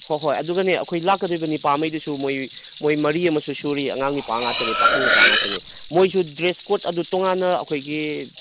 ꯍꯣꯏ ꯍꯣꯏ ꯑꯗꯨꯒꯅꯦ ꯑꯩꯈꯣꯏ ꯂꯥꯛꯀꯗꯣꯏꯕ ꯅꯤꯄꯥ ꯉꯩꯗꯨꯁꯨ ꯃꯣꯏ ꯃꯣꯏ ꯃꯔꯤ ꯑꯃꯁꯨ ꯁꯨꯔꯤ ꯑꯉꯥꯡ ꯅꯤꯄꯥ ꯉꯥꯛꯇꯅꯦ ꯄꯥꯈꯪ ꯃꯆꯥ ꯉꯥꯛꯇꯅꯦ ꯃꯣꯏꯁꯨ ꯗ꯭ꯔꯦꯁ ꯀꯣꯗ ꯑꯗꯨ ꯇꯣꯉꯥꯟꯅ ꯑꯩꯈꯣꯏꯒꯤ